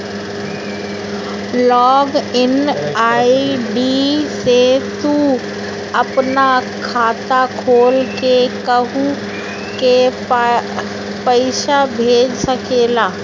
log in ID से तू आपन खाता खोल के केहू के पईसा भेज सकेला